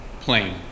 plane